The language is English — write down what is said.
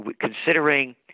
Considering